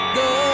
go